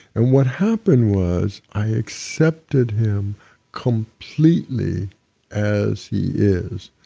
and what happened was i accepted him completely as he is,